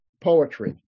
Poetry